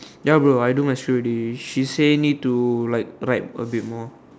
ya bro I do my shoot already she say need to like write a bit more